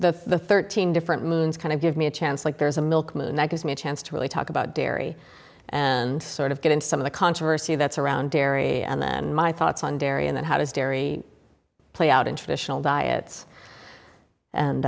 explore the thirteen different moons kind of give me a chance like there's a milkman and that gives me a chance to really talk about dairy and sort of get into some of the controversy that's around dairy and then my thoughts on dairy and how does dairy play out in traditional diets and